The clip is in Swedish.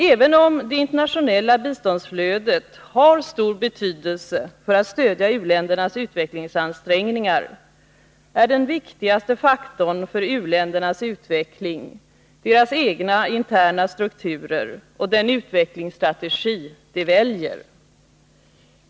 Även om det internationella biståndsflödet har stor betydelse för att stödja u-ländernas utvecklingsansträngningar, är den viktigaste faktorn för uländernas utveckling deras egna interna strukturer och den utvecklingsstra tegi de väljer.